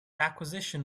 acquisition